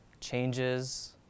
changes